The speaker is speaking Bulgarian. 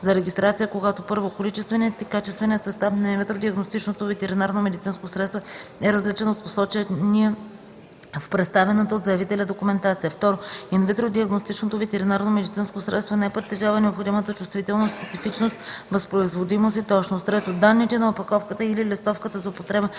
за регистрация, когато: 1. количественият и качественият състав на инвитро диагностичното ветеринарномедицинско средство е различен от посочения в представената от заявителя документация; 2. инвитро диагностичното ветеринарномедицинско средство не притежава необходимата чувствителност, специфичност, възпроизводимост и точност; 3. данните на опаковката и/или листовката за употреба